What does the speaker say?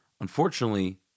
Unfortunately